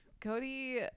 Cody